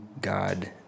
God